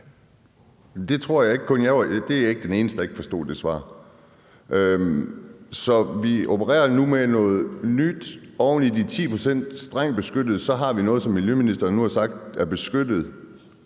Jeg tror ikke, jeg var den eneste, der ikke forstod det svar. Så vi opererer nu med noget nyt. Oven i de 10 pct. strengt beskyttet natur har vi noget, som miljøministeren nu har sagt er meget